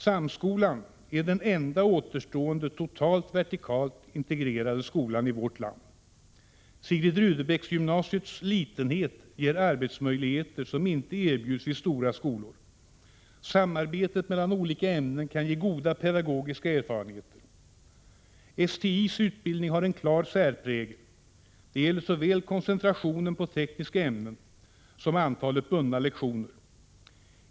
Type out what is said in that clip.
Samskolan är den enda återstående totalt vertikalt integrerade skolan i vårt land. Sigrid Rudebecks-gymnasiets litenhet ger arbetsmöjligheter som inte kan erbjudas vid stora skolor. Samarbetet mellan olika ämnen kan ge goda pedagogiska erfarenheter. STI:s utbildning har en klar särprägel. Det gäller såväl koncentrationen på tekniska ämnen som antalet bundna lektioner.